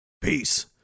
peace